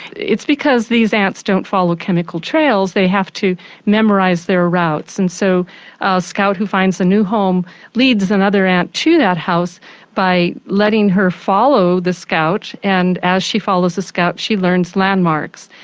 it's because these ants don't follow chemical trails, they have to memorise their routes and so a scout who finds a new home leads another ant to that house by letting her follow the scout, and as she follows the scout she learns landmarks.